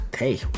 Hey